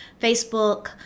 Facebook